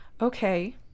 Okay